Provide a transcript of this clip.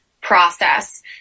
process